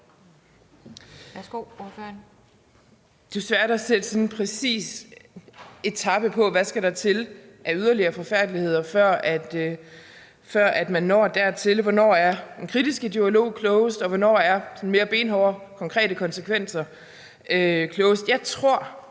er svært at sætte en præcis etape på og sige, hvad der skal til af yderligere forfærdeligheder, før man når dertil. Hvornår er den kritiske dialog klogest, og hvornår er mere benhårde, konkrete konsekvenser klogest?